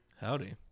Howdy